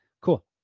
Cool